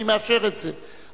אני מאשר את זה.